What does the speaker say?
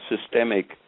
systemic